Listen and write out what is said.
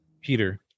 Peter